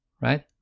right